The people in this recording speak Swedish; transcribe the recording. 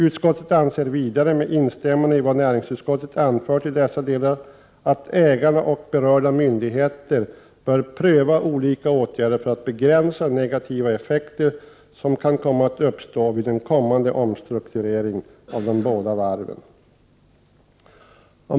Utskottet anser vidare, med instämmande i vad näringsutskottet anfört i dessa delar, att ägarna och berörda myndigheter bör pröva olika åtgärder för att begränsa negativa effekter som kan komma att uppstå vid en kommande omstrukturering av de berörda varven.